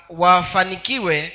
wafanikiwe